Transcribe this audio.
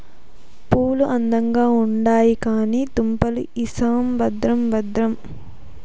పూలు అందంగా ఉండాయి కానీ దుంపలు ఇసం భద్రం భద్రం